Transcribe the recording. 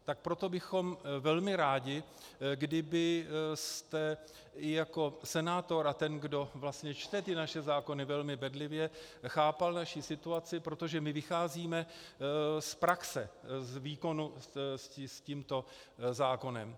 Tak proto bychom velmi rádi, kdybyste i jako senátor a ten, kdo čte ty naše zákony velmi bedlivě, chápal naši situaci, protože my vycházíme z praxe, z výkonu s tímto zákonem.